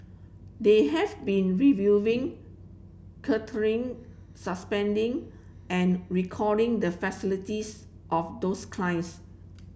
they have been reviewing curtailing suspending and recalling the facilities of those clients